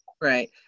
Right